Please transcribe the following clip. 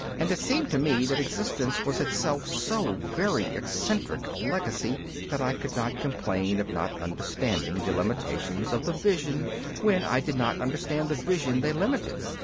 and it seemed to me that existence was itself so very eccentric a legacy that i could not complain of not understanding the limitations of the vision when i did not understand the vision they limited.